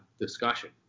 discussion